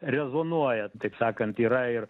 rezonuoja taip sakant yra ir